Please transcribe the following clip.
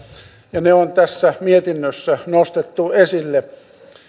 ne on tässä mietinnössä nostettu esille